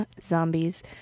zombies